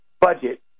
budget